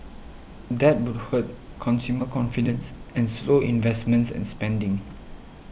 that would hurt consumer confidence and slow investments and spending